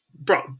bro